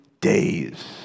days